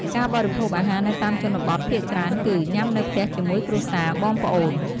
ការបរិភោគអាហារនៅតាមជនបទភាគច្រើនគឺ ញ៉ាំនៅផ្ទះជាមួយគ្រួសារ បងប្អូន។